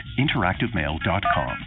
interactivemail.com